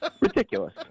Ridiculous